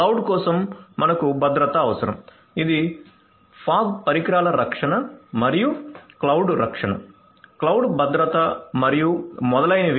cloud కోసం మనకు భద్రత అవసరం ఇది ఫాగ్ పరికరాల రక్షణ మరియు క్లౌడ్ రక్షణ క్లౌడ్ భద్రత మరియు మొదలైనవి